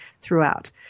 throughout